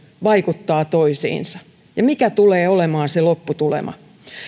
vaikuttavat toisiinsa ja mikä tulee olemaan se lopputulema